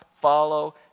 follow